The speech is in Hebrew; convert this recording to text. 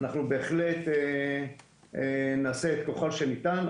אנחנו בהחלט נעשה ככל שניתן,